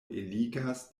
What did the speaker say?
eligas